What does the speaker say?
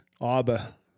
Abba